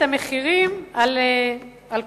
מורידים את המחירים של אלכוהול.